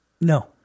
No